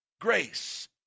grace